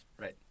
Right